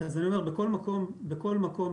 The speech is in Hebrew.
בכל מקום,